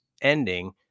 ending